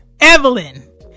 Evelyn